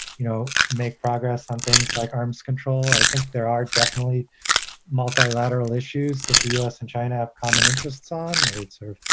you know, make progress on things like arms control. i think there are definitely multilateral issues that the u s. and china have common interests on, whether it's or,